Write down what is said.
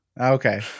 Okay